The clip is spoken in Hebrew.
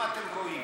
אם אתם רואים